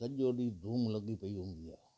सॼो ॾींहुं धूम लॻी पई हूंदी आहे